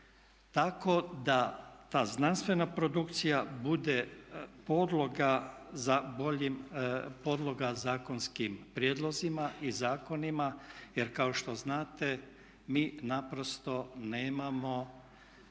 tako da ta znanstvena produkcija bude podloga boljim zakonskim prijedlozima i zakonima jer kao što znate mi naprosto nemamo